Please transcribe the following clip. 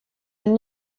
den